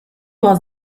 was